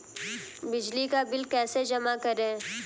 बिजली का बिल कैसे जमा करें?